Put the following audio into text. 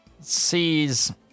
sees